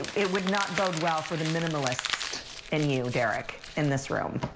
it would not bode well for the minimalist in you, derrick, in this room.